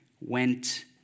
went